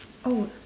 oh